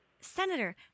Senator